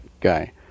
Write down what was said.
guy